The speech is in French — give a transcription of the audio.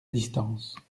distance